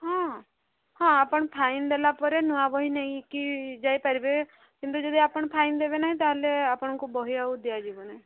ହଁ ହଁ ଆପଣ ଫାଇନ୍ ଦେଲାପରେ ନୂଆ ବହି ନେଇକି ଯାଇପାରିବେ କିନ୍ତୁ ଯଦି ଆପଣ ଫାଇନ୍ ଦେବେ ନାହିଁ ତା'ହେଲେ ଆପଣଙ୍କୁ ବହି ଆଉ ଦିଆଯିବ ନାହିଁ